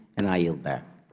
and i yield back.